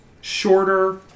shorter